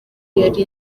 yari